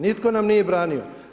Nitko nam nije branio.